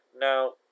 Now